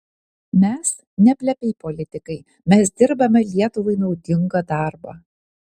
mes ne plepiai politikai mes dirbame lietuvai naudingą darbą